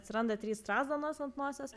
atsiranda trys strazdanos ant nosies